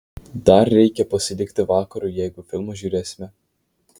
dar reikia pasilikti vakarui jeigu filmą žiūrėsime